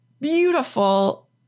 beautiful